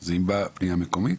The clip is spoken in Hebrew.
זה אם באה פניה מקומית.